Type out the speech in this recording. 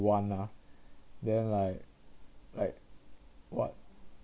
want lah then like like what